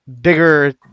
bigger